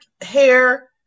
hair